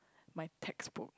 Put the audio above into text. my textbook